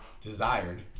desired